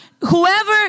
Whoever